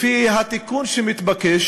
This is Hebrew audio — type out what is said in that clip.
לפי התיקון שמתבקש,